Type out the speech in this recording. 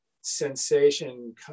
sensation